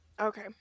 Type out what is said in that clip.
Okay